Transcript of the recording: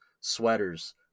sweaters